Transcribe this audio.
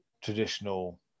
Traditional